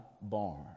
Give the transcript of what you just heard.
barn